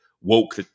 woke